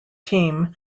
team